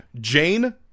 Jane